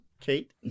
Kate